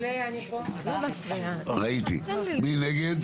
מי נגד?